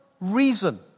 reason